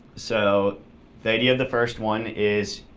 so the idea of the first one is,